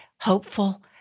hopeful